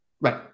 right